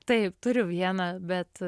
taip turiu vieną bet